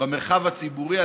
במרחב הציבורי.